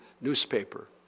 newspaper